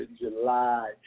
July